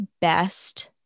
best